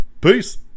Peace